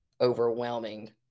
overwhelming